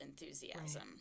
enthusiasm